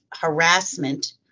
harassment